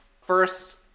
first